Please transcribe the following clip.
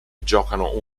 giocano